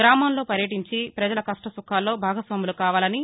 గ్రామాల్లో పర్యటించి ప్రజల కష్టసుఖాల్లో భాగస్వాములుకావాలని